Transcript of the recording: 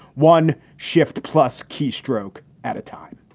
one shift plus keystroke at a time.